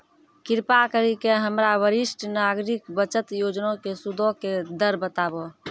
कृपा करि के हमरा वरिष्ठ नागरिक बचत योजना के सूदो के दर बताबो